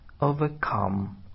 overcome